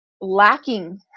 lacking